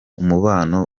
umubano